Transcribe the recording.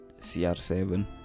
CR7